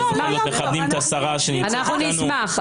אנחנו מכבדים את השרה --- אנחנו נשמח.